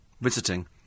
Visiting